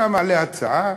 אתה מעלה הצעה,